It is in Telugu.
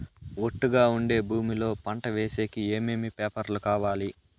ఒట్టుగా ఉండే భూమి లో పంట వేసేకి ఏమేమి పేపర్లు కావాలి?